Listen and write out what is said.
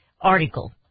article